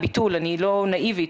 אני לא נאיבית,